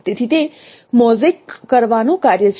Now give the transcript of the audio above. તેથી તે મોઝેઇક કરવાનું કાર્ય છે